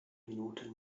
minuten